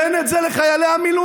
תן את זה לחיילי המילואים.